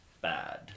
bad